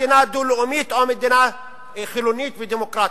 מדינה דו-לאומית או מדינה חילונית ודמוקרטית.